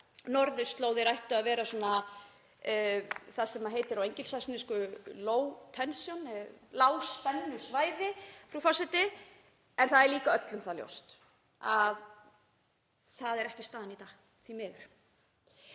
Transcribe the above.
norðurslóðir ættu að vera það sem heitir á engilsaxnesku „low tension“ eða lágspennusvæði, frú forseti. En það er líka öllum ljóst að það er ekki staðan í dag, því miður.